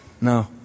No